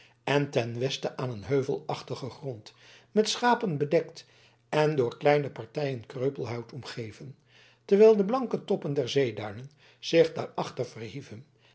en ten westen aan een heuvelachtigen grond met schapen bedekt en door kleine partijen kreupelhout omgeven terwijl de blanke toppen der zeeduinen zich daarachter verhieven